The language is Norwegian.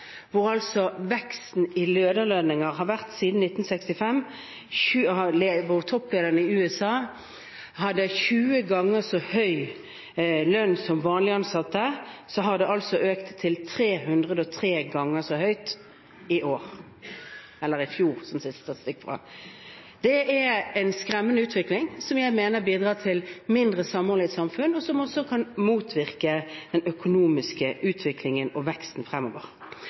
veksten i lederlønninger. Siden 1965, da topplederne i USA hadde 20 ganger så høy lønn som vanlige ansatte, har det altså økt til 303 ganger så høy lønn i år – eller i fjor, som siste statistikk er fra. Det er en skremmende utvikling som jeg mener bidrar til mindre samhold i et samfunn, og som også kan motvirke den økonomiske utviklingen og veksten fremover.